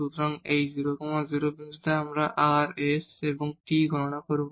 সুতরাং এই 00 বিন্দুতে আমরা r s এবং t গণনা করব